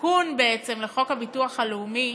התיקון לחוק הביטוח הלאומי,